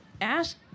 ask